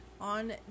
on